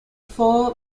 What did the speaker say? four